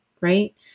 Right